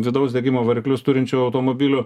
vidaus degimo variklius turinčių automobilių